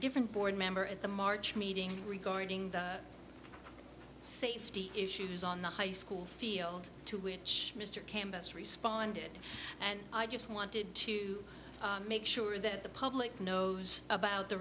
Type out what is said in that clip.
different board member at the march meeting regarding the safety issues on the high school field to which mr can best responded and i just wanted to make sure that the public knows about the